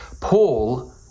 Paul